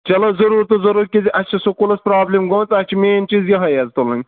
چلو ضروٗر تہٕ ضروٗر کیٛازِ کہِ اَسہِ چھُ سکوٗلَس پرٛابلِم گٲمٕژ اَسہِ چھِ مین چیٖز یِہَے حظ تُلٕنۍ